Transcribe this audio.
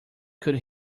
could